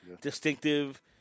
distinctive